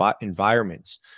environments